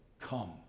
come